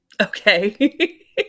Okay